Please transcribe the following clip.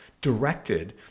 directed